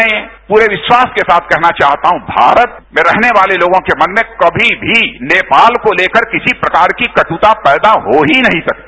मैं पूरे विश्वास के साथ कहना चाहता हूं कि भारत में रहने वाले लोगों के मन में कमी भी नेपाल को लेकर किसी प्रकार की कटुता पैदा हो ही नहीं सकती